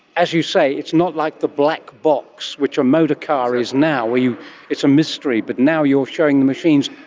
as you say, it's not like the black box which a motor car is now where it's a mystery, but now you are showing the machines.